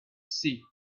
see